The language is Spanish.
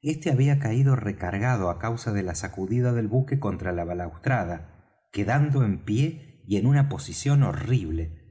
este había caído recargado á causa de la sacudida del buque contra la balaustrada quedando en pie y en una posición horrible